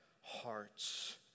hearts